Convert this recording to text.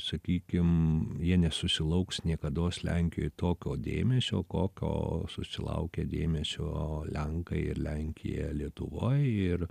sakykim jie nesusilauks niekados lenkijoj tokio dėmesio kokio susilaukė dėmesio lenkai ir lenkija lietuvoj ir